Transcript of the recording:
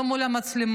לא מול המצלמות,